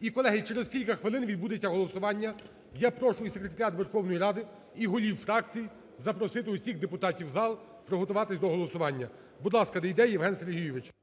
І, колеги, через кілька хвилин відбудеться голосування. Я прошу і Секретаріат Верховної Ради, і голів фракцій запросити усіх депутатів в зал, приготуватись до голосування. Будь ласка, Дейдей Євген Сергійович.